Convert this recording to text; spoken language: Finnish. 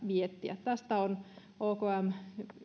miettiä tästä on okm